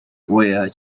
were